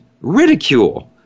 ridicule